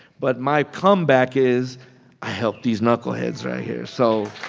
but my comeback is i helped these knuckleheads right here. so,